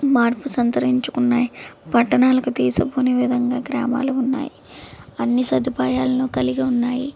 మార్పు సంతరించుకున్నాయి పట్టణాలకు తీసిపోని విధంగా గ్రామాలు ఉన్నాయి అన్ని సదుపాయాలను కలిగి ఉన్నాయి